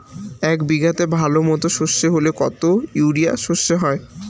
এক বিঘাতে ভালো মতো সর্ষে হলে কত ইউরিয়া সর্ষে হয়?